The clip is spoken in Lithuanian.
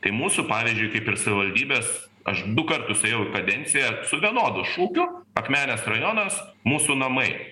tai mūsų pavyzdžiui kaip ir savivaldybės aš du kartus ėjau į kadenciją su vienodu šūkiu akmenės rajonas mūsų namai